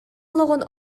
олоҕун